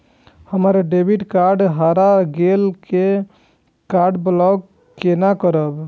हमर debit card हरा गेल ये कार्ड ब्लॉक केना करब?